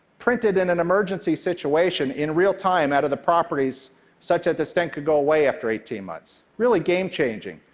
printed in an emergency situation in real time out of the properties such that the stent could go away after eighteen months really-game changing.